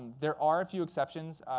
there are a few exceptions.